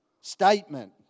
statement